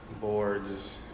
boards